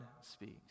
speaks